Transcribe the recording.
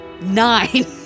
Nine